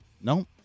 No